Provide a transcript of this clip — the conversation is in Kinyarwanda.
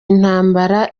intambara